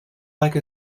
like